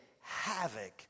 havoc